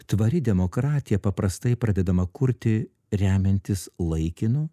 tvari demokratija paprastai pradedama kurti remiantis laikinu